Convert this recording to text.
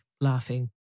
laughing